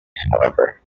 however